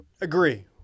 Agree